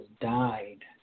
died